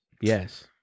yes